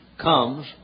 comes